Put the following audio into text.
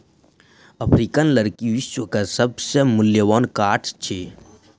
African लकड़ी विश्व के सभ से मूल्यवान काठ अछि